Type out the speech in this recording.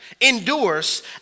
endures